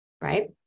Right